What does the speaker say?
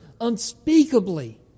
unspeakably